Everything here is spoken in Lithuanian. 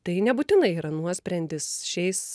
tai nebūtinai yra nuosprendis šiais